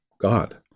God